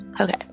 Okay